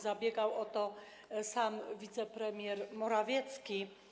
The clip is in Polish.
Zabiegał o to sam wicepremier Morawiecki.